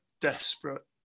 desperate